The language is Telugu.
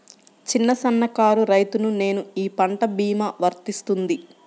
చిన్న సన్న కారు రైతును నేను ఈ పంట భీమా వర్తిస్తుంది?